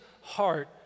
heart